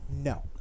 No